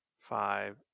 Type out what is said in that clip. five